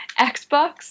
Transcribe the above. Xbox